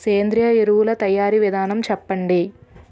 సేంద్రీయ ఎరువుల తయారీ విధానం చెప్పండి?